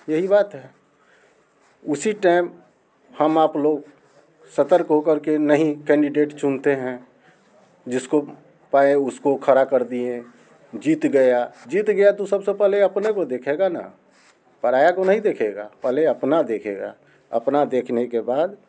यही बात है उसी टाइम हम आप लोग सतर्क हो कर के नहीं कैंडिडेट चुनते हैं जिसको पाए उसको खड़ा कर दिए जीत गया जीत गया तो सब से पहले अपने को देखेगा ना पराया को नहीं देखेगा पहले अपना देखेगा अपना देखने के बाद